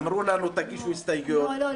אמרו לנו תגישו הסתייגויות --- לא,